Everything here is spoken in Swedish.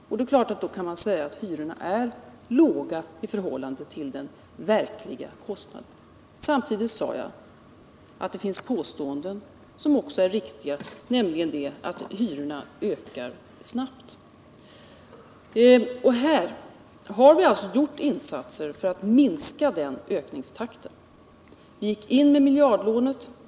Man kan alltså mot den bakgrunden säga att hyrorna är låga i förhållande till den verkliga kostnaden. Men jag sade samtidigt att det fanns andra påståenden som också är riktiga, t.ex. påståendet att hyrorna ökar snabbt. Vi har gjort insatser för att minska den ökningstakten. Vi gick exempelvis in med miljardlånet.